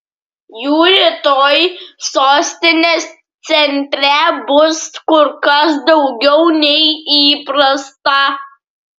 jų rytoj sostinės centre bus kur kas daugiau nei įprasta